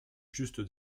juste